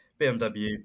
BMW